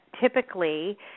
typically